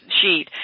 sheet